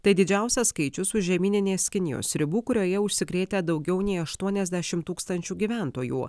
tai didžiausias skaičius už žemyninės kinijos ribų kurioje užsikrėtę daugiau nei aštuoniasdešim tūkstančių gyventojų